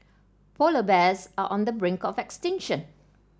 polar bears are on the brink of extinction